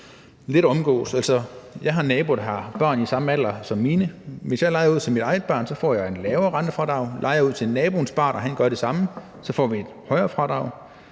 at omgås. Jeg har en nabo, der har børn i samme alder som mine. Hvis jeg lejer ud til mit eget barn, får jeg et lavere rentefradrag. Lejer jeg ud til naboens barn, og han gør det samme i forhold til mit barn,